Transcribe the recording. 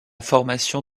formation